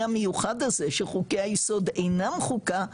המיוחד הזה של חוקי היסוד שאינם חוקה,